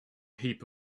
heap